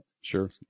Sure